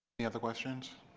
any other questions?